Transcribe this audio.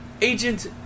agent